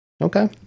okay